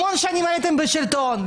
המון שנים הייתם בשלטון,